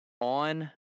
On